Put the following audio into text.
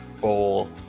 Bowl